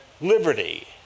liberty